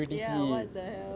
ya what the hell